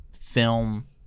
film